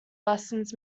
lessons